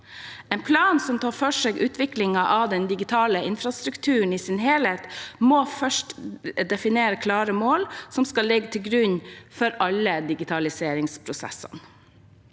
En plan som tar for seg utviklingen av den digitale infrastrukturen i sin helhet, må først definere klare mål som skal ligge til grunn for alle digitaliseringsprosessene.